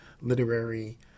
literary